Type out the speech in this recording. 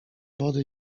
wody